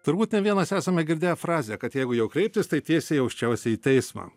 turbūt ne vienas esame girdėję frazę kad jeigu jau kreiptis tai tiesiai į aukščiausiąjį teismą